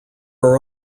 are